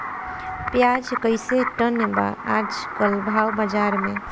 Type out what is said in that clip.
प्याज कइसे टन बा आज कल भाव बाज़ार मे?